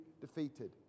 defeated